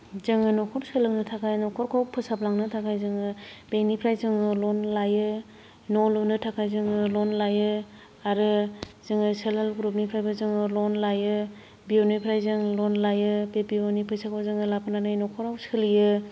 जोङो न'खर सोलोंनो थाखाय न'खरखौ फोसाबलांनो थाखाय जोङो बेंकनिफ्राय जोङो लन लायो न' लुनो थाखाय जोङो लन लायो आरो जोङो सेल हेल्फ ग्रुपनिफ्रायबो जोङो लन लायो बि अ निफ्राय जों लन लायो बे बि अ नि फैसाखौ जोङो लाबोनानै न'खराव सोलियो